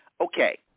Okay